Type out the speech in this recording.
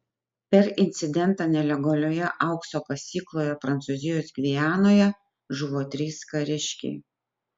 per incidentą nelegalioje aukso kasykloje prancūzijos gvianoje žuvo trys kariškiai